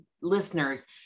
listeners